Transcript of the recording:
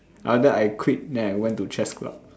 after I quit then I went to chess club